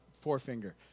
forefinger